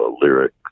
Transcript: lyric